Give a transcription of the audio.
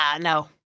no